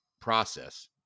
process